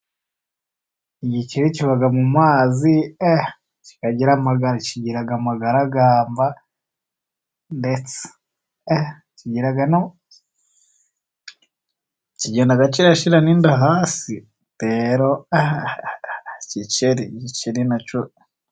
Igikeri kiba mu mazi eeh! kikagira amaga. Kigira amagaragamba ndetse. Kigenda gishyira inda no hasi. Igikeri na cyo eeeh!